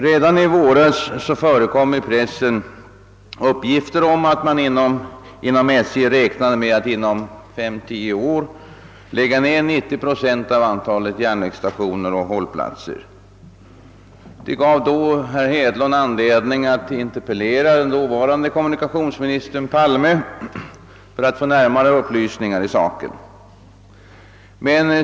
” Redan i våras förekom i pressen uppgifter om att man i SJ räknade med att inom 5—10 år lägga ner 90 procent av antalet järnvägsstationer och hållplatser. Det gav då herr Hedlund anledning att interpellera den dåvarande kommunikationsministern Palme för att få närmare upplysningar i saken.